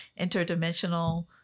interdimensional